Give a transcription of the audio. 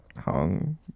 hung